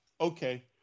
Okay